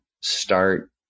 start